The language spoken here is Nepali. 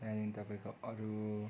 त्यहाँदेखि तपाईँको अरू